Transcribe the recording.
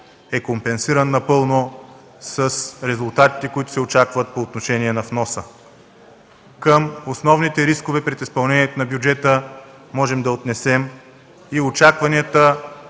е компенсиран напълно с резултатите, които се очакват по отношение на вноса. Към основните рискове пред изпълнението на бюджета можем да отнесем и очакванията